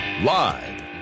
Live